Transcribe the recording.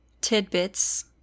tidbits